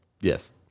Yes